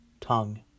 tongue